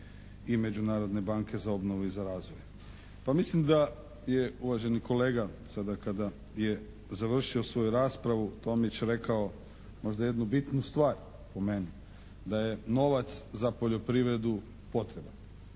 i Međunarodne banke za obnovu i za razvoj. Pa mislim da je uvaženi kolega sada kada je završio svoju raspravu Tomić rekao, možda jednu bitnu stvar po meni, da je novac za poljoprivredu potreban.